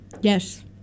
Yes